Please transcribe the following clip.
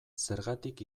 zergatik